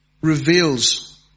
reveals